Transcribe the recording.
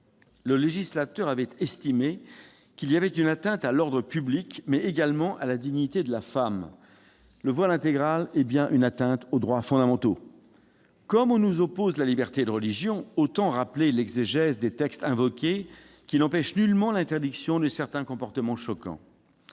le législateur avait estimé qu'il y avait une atteinte à l'ordre public, mais également à la dignité de la femme. Le voile intégral est bien une atteinte aux droits fondamentaux ! Comme on nous oppose la liberté de religion, autant rappeler l'exégèse des textes invoqués, qui n'empêchent nullement l'interdiction de certains comportements choquants.